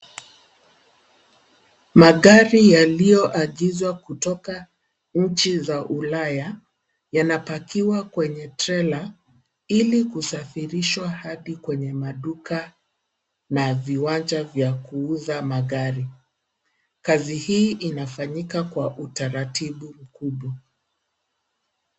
Magari yaliyoagizwa kutoka nchi za ulaya yanapakiwa kwenye trela ili kusafirishwa hadi kwenye maduka na viwanja vya kuuza magari ,kazi hii inafanyika kwa utaratibu mkubwa.